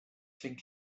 klingt